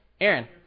Aaron